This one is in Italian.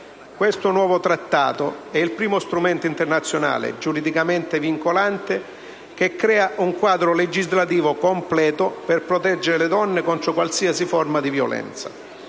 Questo nuovo trattato è il primo strumento internazionale giuridicamente vincolante che crea un quadro legislativo completo per proteggere le donne contro qualsiasi forma di violenza.